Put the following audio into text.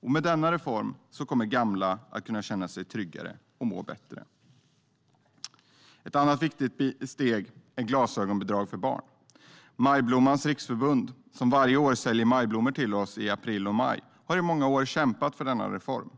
Med denna reform kommer gamla att kunna känna sig tryggare och må bättre. Ett annat viktigt steg är glasögonbidrag för barn. Majblommans Riksförbund, som varje år säljer majblommor till oss i april och maj, har i många år kämpat för denna reform.